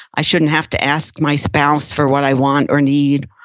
i shouldn't have to ask my spouse for what i want or need.